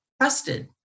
trusted